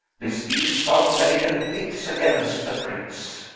this ill-starred maiden kicks against the pricks.